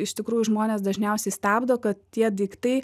iš tikrųjų žmones dažniausiai stabdo kad tie daiktai